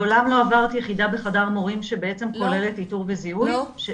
מעולם לא עברת יחידה בחדר מורים שבעצם כוללת איתור וזיהוי?